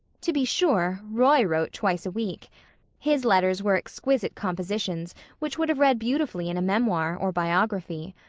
to be sure, roy wrote twice a week his letters were exquisite compositions which would have read beautifully in a memoir or biography.